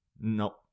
No